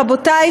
רבותי,